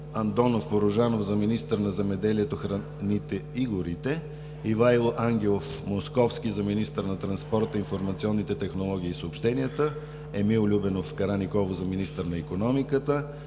Андонов Порожанов – за министър на земеделието, храните и горите, - Ивайло Ангелов Московски – за министър на транспорта, информационните технологии и съобщенията, - Емил Любенов Караниколов – за министър на икономиката,